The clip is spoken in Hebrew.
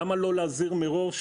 למה לא להזהיר מראש